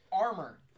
armor